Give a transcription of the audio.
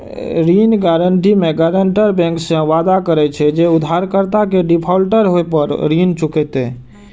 ऋण गारंटी मे guarantor bank सं वादा करे छै, जे उधारकर्ता के डिफॉल्टर होय पर ऊ ऋण चुकेतै